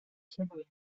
shimmering